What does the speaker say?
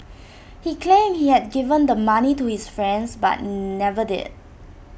he claimed he had given the money to his friend but never did